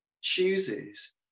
chooses